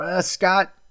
Scott